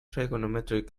trigonometric